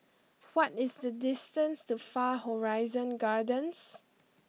what is the distance to Far Horizon Gardens